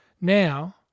Now